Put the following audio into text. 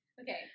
Okay